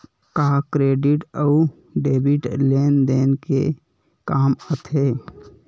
का क्रेडिट अउ डेबिट लेन देन के काम आथे?